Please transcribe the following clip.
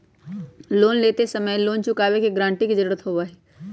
loan लेते समय loan चुकावे के गारंटी के जरुरत होबा हई